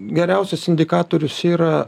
geriausias indikatorius yra